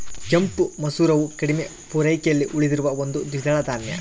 ಕೆಂಪು ಮಸೂರವು ಕಡಿಮೆ ಪೂರೈಕೆಯಲ್ಲಿ ಉಳಿದಿರುವ ಒಂದು ದ್ವಿದಳ ಧಾನ್ಯ